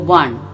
one